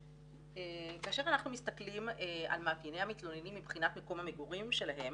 כאשר אנחנו מסתכלים על מאפייני המתלוננים מבחינת מקום המגורים שלהם,